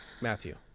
Matthew